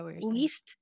least